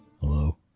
Hello